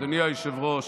אדוני היושב-ראש,